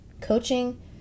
coaching